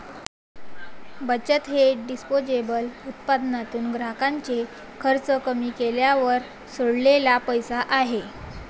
बचत हे डिस्पोजेबल उत्पन्नातून ग्राहकाचे खर्च कमी केल्यावर सोडलेला पैसा आहे